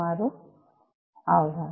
તમારો આભાર